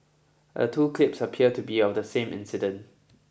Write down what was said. the two clips appear to be of the same incident